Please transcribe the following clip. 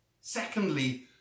Secondly